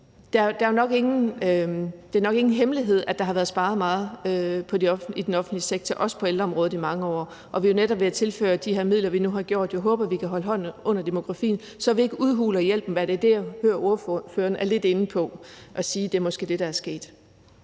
Det er nok ingen hemmelighed, at der har været sparet meget i den offentlige sektor, også på ældreområdet, i mange år, og vi er jo netop ved at tilføre de her midler, vi har aftalt. Jeg håber, at vi kan holde hånden under demografien, så vi ikke udhuler hjælpen – det er det, jeg hører ordføreren er lidt inde på, altså at sige, at det måske er det, der er sket.